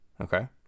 okay